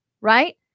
right